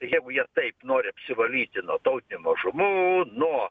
jeigu jie taip nori apsivalyti nuo tautinių mažumų nuo